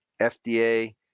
FDA